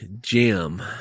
Jam